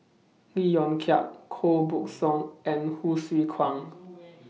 Lee Yong Kiat Koh Buck Song and Hsu Tse Kwang